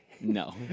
No